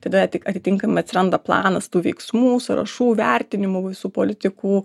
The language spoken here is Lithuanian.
tada tik atitinkamai atsiranda planas tų veiksmų sąrašų vertinimų visų politikų